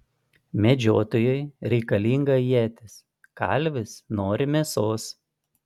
medžiotojui reikalinga ietis kalvis nori mėsos